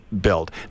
built